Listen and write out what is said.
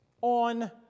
on